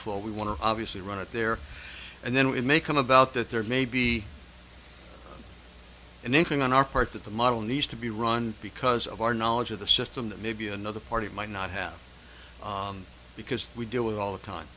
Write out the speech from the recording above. flow we want to obviously run it there and then we may come about that there may be an inkling on our part that the model needs to be run because of our knowledge of the system that maybe another party might not have because we deal with all the time